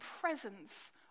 presence